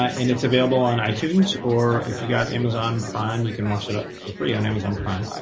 and it's available on itunes. or if you got amazon prime, you can watch it ah for free on amazon prime.